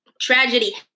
Tragedy